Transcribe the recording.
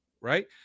right